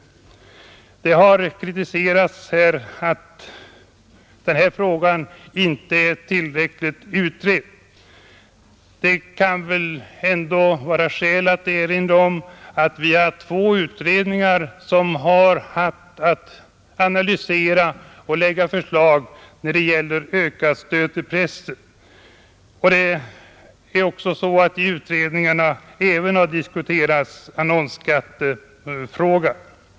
Det har sagts att den här frågan inte är tillräckligt utredd. Det kan väl ändå vara skäl att erinra om att utredningar har haft att göra analyser och lägga fram förslag när det gäller ökat stöd till pressen, och i dessa utredningar har även annonsskattefrågan diskuterats.